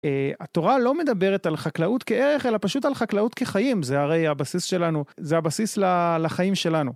אה... התורה לא מדברת על חקלאות כערך, אלא פשוט על חקלאות כחיים. זה הרי הבסיס שלנו, זה הבסיס ל...לחיים שלנו.